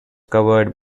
covered